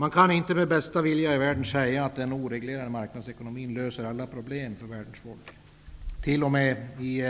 Det går inte med bästa vilja i världen med säga att den oreglerade marknadsekonomin löser alla problem för världens folk. T.o.m. i